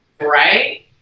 Right